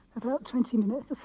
about twenty minutes.